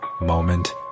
moment